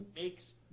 makes